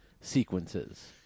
sequences